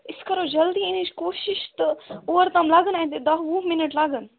أسۍ کَرو جلدی یِنٕچ کوٗشش تہٕ اور تام لگن اَسہِ دَہ وُہ منٛٹ لگن